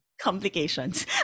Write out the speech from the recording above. complications